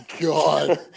god